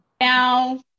Now